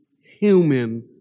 human